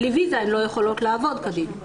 בלי ויזה הן לא יכולות לעבוד כדין.